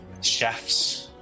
Chefs